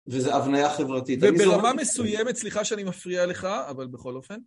וזו הבניה חברתית. וברמה מסוימת, סליחה שאני מפריע לך, אבל בכל אופן.